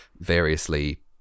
variously